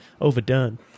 overdone